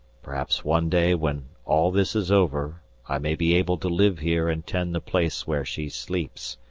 perhaps one day when all this is over i may be able to live here and tend the place where she sleeps,